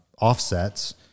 offsets